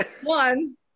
one